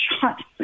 shot